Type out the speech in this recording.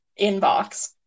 inbox